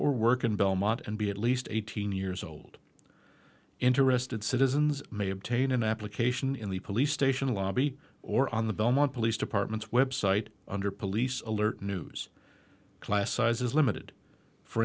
or work in belmont and be at least eighteen years old interested citizens may obtain an application in the police station lobby or on the belmont police department's website under police alert news class size is limited for